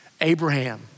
Abraham